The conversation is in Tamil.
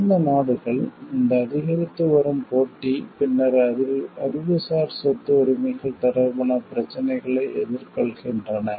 வளர்ந்த நாடுகள் இந்த அதிகரித்து வரும் போட்டி பின்னர் அறிவுசார் சொத்து உரிமைகள் தொடர்பான பிரச்சினைகளை எதிர்கொள்கின்றன